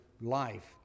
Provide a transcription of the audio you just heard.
life